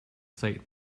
satan